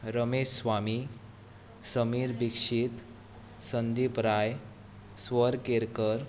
Ramesh Swami Sameer Dixit Sandeep Rai Swar Kerkar